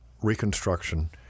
Reconstruction